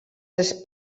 les